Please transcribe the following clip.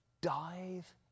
dive